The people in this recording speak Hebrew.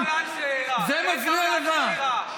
זה מפריע לך?